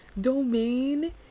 domain